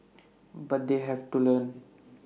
but they have to learn